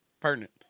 pertinent